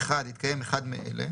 (1) התקיים אחד מאלה: